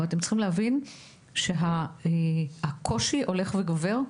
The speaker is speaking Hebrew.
צריך להבין שהקושי הולך וגובר,